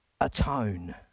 atone